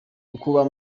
kukuba